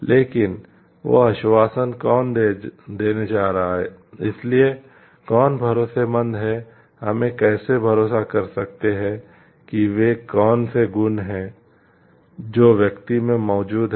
लेकिन वह आश्वासन कौन देने जा रहा है इसलिए कौन भरोसेमंद है हम कैसे भरोसा कर सकते हैं कि वे कौन से गुण हैं जो व्यक्ति में मौजूद हैं